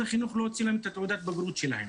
החינוך לא הוציא להם את תעודת הבגרות שלהם.